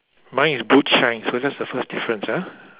mine is boot shine so that's the first difference ah